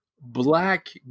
black